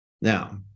Now